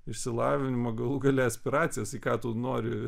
išsilavinimą galų gale aspiracijas į ką tu nori